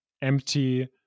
empty